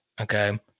okay